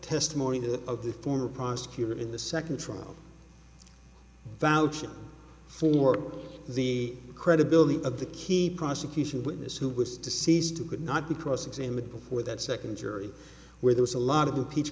testimony of the former prosecutor in the second trial vouch for the credibility of the key prosecution witness who was deceased who could not be cross examined before that second jury where there was a lot of the p